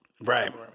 Right